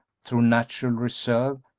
through natural reserve,